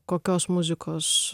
kokios muzikos